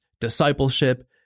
discipleship